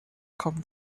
kommen